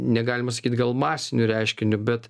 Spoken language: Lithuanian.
negalima sakyt gal masiniu reiškiniu bet